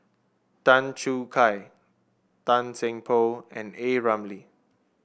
Tan Choo Kai Tan Seng Poh and A Ramli